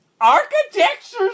Architecture's